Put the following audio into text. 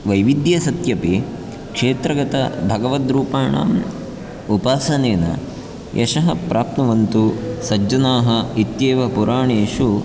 वैविध्ये सत्यपि क्षेत्रगतभगवद्रूपाणाम् उपासनेन यशः प्राप्नुवन्तु सज्जनाः इत्येव पुराणेषु